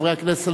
חברי הכנסת,